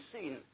seen